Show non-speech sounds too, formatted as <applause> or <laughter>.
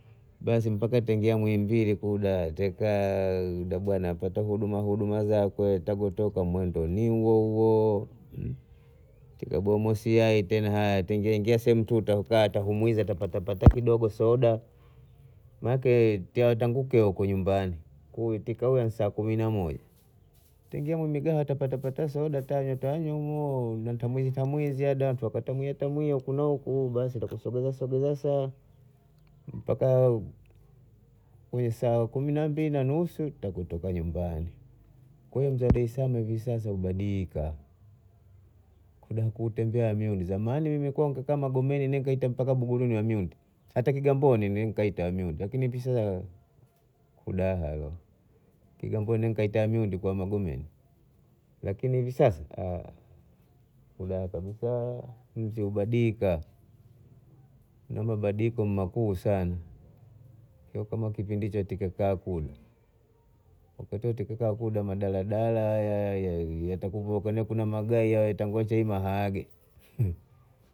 Basi mpaka taingia muhimbili kuda teka <hesitation> bwana pata huduma huduma zako ta kutoka mwendo ni huo huo kidogo jumamosi yae tena haya taingia sehemu tutakaa tuta humuiza tapata kidogo soda maana ake tia tangu keo wako nyumbani uipika saa kumi na moja taingia kwenye migahawa tapata soda ta- tanywa hao huno tamwi tamwiziada tamwia tamwia huku na huku basi tatusogeza sogeza saa mpaka kwenye saa kumi na mbili na nusu takutoka nyumbani, kwa hiyo mji wa daslam hivi sasa umebadiika kuna kutembea miuni zamani kukiaa magomeni mpaka buguruni wa myunda hata kigamboni nikaita myunda lakini hivi sasa kudahayo kigamboni nikaita amyunda ku magomeni lakini hivi sasa <hesitation> kudaha kabisa mji kubadiika na mabadiliko makuu sana sio kama kipindi hicho kitekaa kuda kitekukaa kuda madaladala <hesitation> haya yatakekuonekana kuna magayi tange tema hade <laughs>